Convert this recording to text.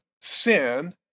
sin